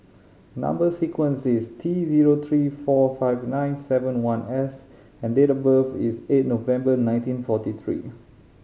number sequence is T zero three four five nine seven one S and date of birth is eight November nineteen forty three